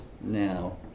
now